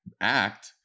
act